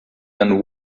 and